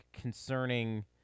concerning